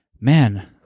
man